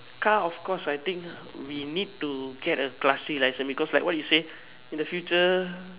car of course I think we need to get a classy license because like what you say in the future